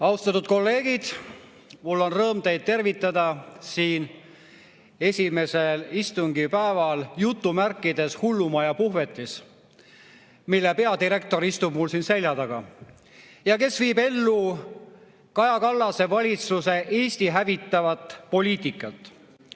Austatud kolleegid! Mul on rõõm teid tervitada siin esimesel istungipäeval "hullumaja puhvetis", mille peadirektor istub mul siin selja taga ja viib ellu Kaja Kallase valitsuse Eestit hävitavat poliitikat.